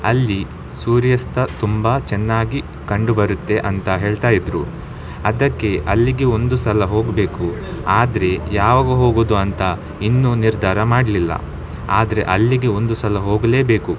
ಅಲ್ಲಿ ಸೂರ್ಯಾಸ್ತ ತುಂಬ ಚೆನ್ನಾಗಿ ಕಂಡು ಬರುತ್ತೆ ಅಂತ ಹೇಳ್ತಾ ಇದ್ದರು ಅದಕ್ಕೆ ಅಲ್ಲಿಗೆ ಒಂದು ಸಲ ಹೋಗಬೇಕು ಆದರೆ ಯಾವಾಗ ಹೋಗೋದು ಅಂತ ಇನ್ನೂ ನಿರ್ಧಾರ ಮಾಡಲಿಲ್ಲ ಆದರೆ ಅಲ್ಲಿಗೆ ಒಂದು ಸಲ ಹೋಗಲೇಬೇಕು